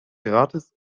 gratis